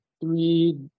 three